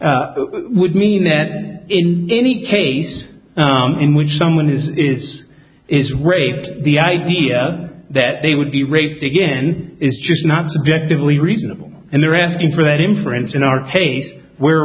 would mean that in any case in which someone is is is raped the idea that they would be raped again is just not subjectively reasonable and they're asking for that inference in our case where